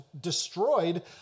destroyed